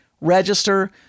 register